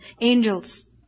Angels